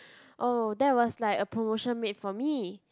oh that was like a promotion made for me